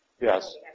Yes